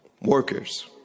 Workers